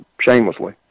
shamelessly